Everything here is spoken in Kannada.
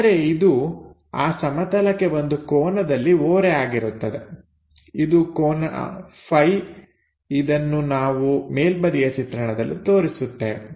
ಆದರೆ ಇದು ಆ ಸಮತಲಕ್ಕೆ ಒಂದು ಕೋನದಲ್ಲಿ ಓರೆ ಆಗಿರುತ್ತದೆ ಇದು ಕೋನ Φ ಇದನ್ನು ನಾವು ಮೇಲ್ಬದಿಯ ಚಿತ್ರಣದಲ್ಲಿ ತೋರಿಸುತ್ತೇವೆ